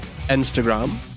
instagram